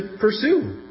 pursue